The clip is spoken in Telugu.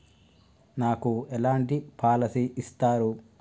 నాకు ఎలాంటి పాలసీ ఇస్తారు?